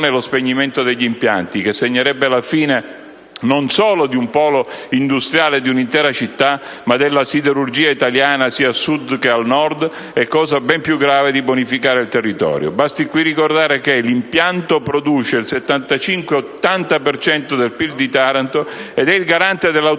e lo spegnimento degli impianti, che segnerebbe la fine non solo di un polo industriale e di una intera città, ma della siderurgia italiana, sia a Sud che al Nord, e, cosa ben più grave, la bonifica del territorio. Basti qui ricordare che l'impianto produce il 75-80 per cento del PIL di Taranto ed è il garante dell'autonomia